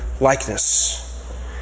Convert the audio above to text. likeness